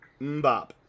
Mbop